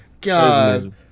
God